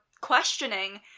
questioning